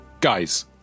guys